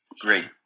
great